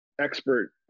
Expert